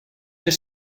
his